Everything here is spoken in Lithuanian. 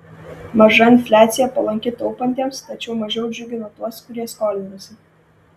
maža infliacija palanki taupantiems tačiau mažiau džiugina tuos kurie skolinasi